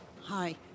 Hi